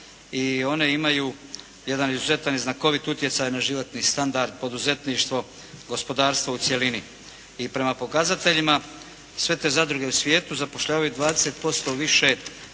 i one imaju jedan izuzetan i znakovit utjecaj na životni standard, poduzetništvo, gospodarstvo u cjelini. I prema pokazateljima sve te zadruge u svijetu zapošljavaju 20% više